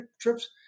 trips